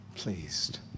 pleased